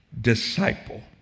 disciple